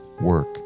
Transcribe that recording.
Work